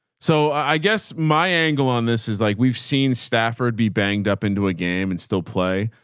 so i guess my angle on this is like, we've seen stafford be banged up into a game and still play.